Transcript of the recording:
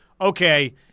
okay –